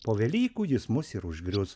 po velykų jis mus ir užgrius